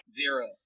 zero